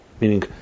meaning